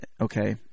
okay